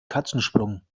katzensprung